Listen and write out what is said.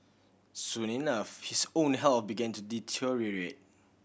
soon enough his own health began to deteriorate